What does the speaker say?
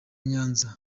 nyanza